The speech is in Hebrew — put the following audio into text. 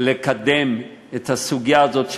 לקדם את הסוגיה הזאת,